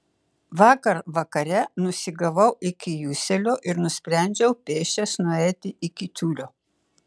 vakar vakare nusigavau iki juselio ir nusprendžiau pėsčias nueiti iki tiulio